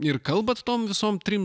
ir kalbat tom visom trim